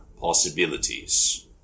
possibilities